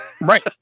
right